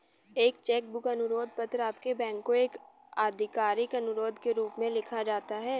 एक cheque book अनुरोध पत्र आपके बैंक को एक आधिकारिक अनुरोध के रूप में लिखा जाता है